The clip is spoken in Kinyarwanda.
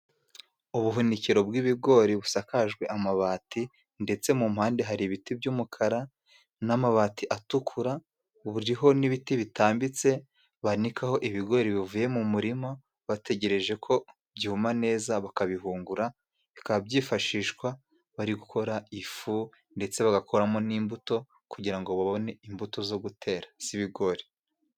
Ubuhunikiro bw'ibigori busakajwe amabati ndetse mu mpande hari ibiti by'umukara n'amabati atukura; buriho n'ibiti bitambitse banikaho ibigori bivuye mu murima bategereje ko byuma neza bakabihungura bikababyifashishwa bari gukora ifu ndetse bagakoramo n'imbuto kugira ngo babone imbuto zo gutera z'ibigori.